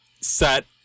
set